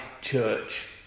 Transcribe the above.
church